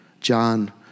John